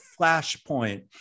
flashpoint